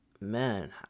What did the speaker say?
Man